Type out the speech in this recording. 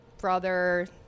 brother